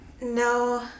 no